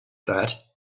that